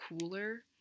cooler